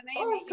okay